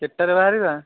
କେତେଟାରେ ବାହାରିବା